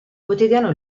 quotidiano